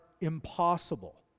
impossible